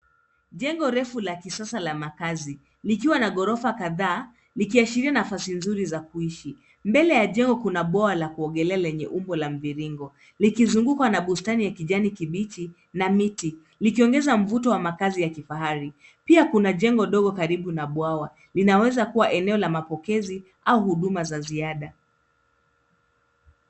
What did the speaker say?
Jengo refu la kisasa la makazi likiwa na maghorofa kadhaa ,likiashiria nafasi nzuri za kuishi. Mbele ya jengo kuna bwawa la kuogelea lenye umbo la mviringo likizungukwa na bustani ya kijani kibichi lenye nyasi na miti likiongeza mvuto wa makazi ya kifahari. Pia kuna jengo karibu na bwawa, linaweza kuwa eneo la mapokezi au huduma za ziada.